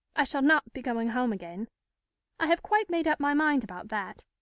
i shall not be going home again i have quite made up my mind about that.